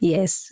Yes